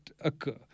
occur